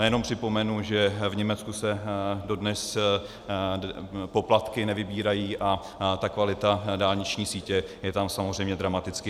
Jenom připomenu, že v Německu se dodnes poplatky nevybírají a kvalita dálniční sítě je tam samozřejmě dramaticky jiná.